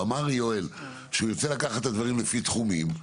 יואל אמר שהוא ירצה לקחת את הדברים לפי תחומים,